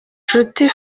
nshuti